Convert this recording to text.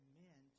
men